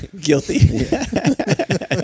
Guilty